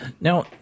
Now